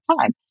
time